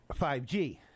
5G